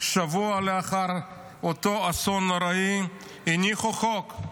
שבוע לאחר אותו אסון נוראי, הניחו חוק.